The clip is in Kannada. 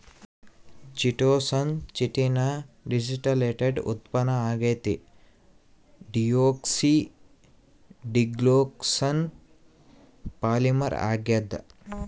ಚಿಟೋಸಾನ್ ಚಿಟಿನ್ ನ ಡೀಸಿಟೈಲೇಟೆಡ್ ಉತ್ಪನ್ನ ಆಗ್ಯದ ಡಿಯೋಕ್ಸಿ ಡಿ ಗ್ಲೂಕೋಸ್ನ ಪಾಲಿಮರ್ ಆಗ್ಯಾದ